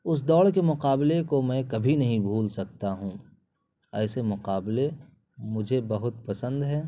اس دوڑ کے مقابلہ کو میں کبھی نہیں بھول سکتا ہوں ایسے مقابلے مجھے بہت پسند ہیں